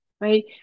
right